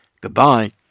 Goodbye